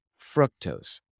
fructose